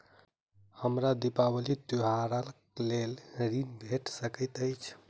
हमरा दिपावली त्योहारक लेल ऋण वा लोन भेट सकैत अछि?